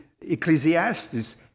Ecclesiastes